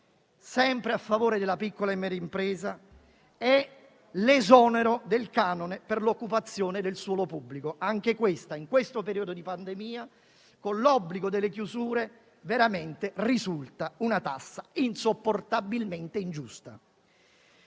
sempre a favore della piccola e media impresa, è l'esonero dal canone per l'occupazione del suolo pubblico che, questa in questo periodo di pandemia, con l'obbligo delle chiusure, veramente risulta una tassa insopportabilmente ingiusta.